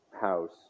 house